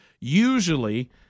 usually